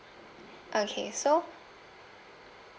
okay so